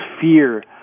fear